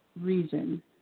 reason